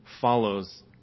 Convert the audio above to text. follows